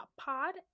Pod